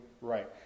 right